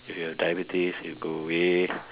if you have diabetes it will go away